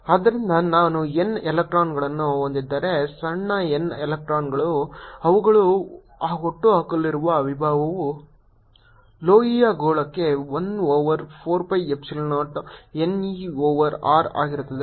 ಆದ್ದರಿಂದ ನಾನು n ಎಲೆಕ್ಟ್ರಾನ್ಗಳನ್ನು ಹೊಂದಿದ್ದರೆ ಸಣ್ಣ n ಎಲೆಕ್ಟ್ರಾನ್ಗಳು ಅವುಗಳು ಹುಟ್ಟುಹಾಕಲಿರುವ ವಿಭವವು ಲೋಹೀಯ ಗೋಳಕ್ಕೆ 1 over 4 pi epsilon 0 n e over R ಆಗಿರುತ್ತದೆ